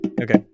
Okay